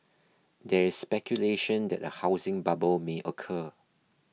there is speculation that a housing bubble may occur